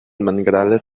manglares